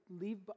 leave